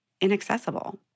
inaccessible